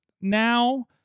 now